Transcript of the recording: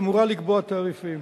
שאמורה לקבוע תעריפים.